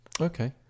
Okay